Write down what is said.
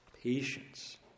Patience